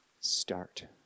start